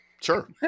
Sure